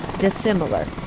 dissimilar